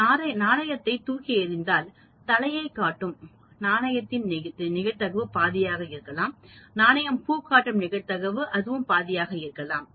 நான் நாணயத்தைத் தூக்கி எறிந்தால் தலையைக் காட்டும் நாணயத்தின் நிகழ்தகவு பாதியாக இருக்கலாம் நாணயம் பூ காட்டும் நிகழ்தகவு அது பாதியாக இருக்கலாம்